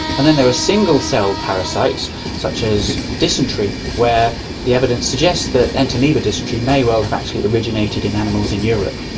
and then there are single-celled parasites such as dysentery where the evidence suggests that entamoeba dysentery may well have actually originated in animals in europe.